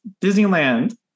Disneyland